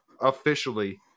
officially